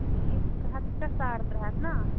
ٹھیٖک ترٛےٚ ہَتھ پٮ۪ٹھ ساڈ ترٛےٚ ہَتھ نا